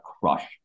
crush